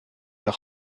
elle